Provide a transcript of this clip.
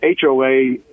HOA